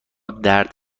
درد